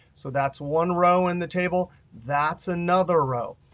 so that's one row in the table, that's another row.